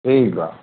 ठीकु आहे